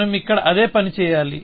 మనం ఇక్కడ అదే పని చేయాలి